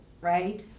right